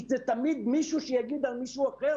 זה תמיד מישהו שיגיד על מישהו אחר.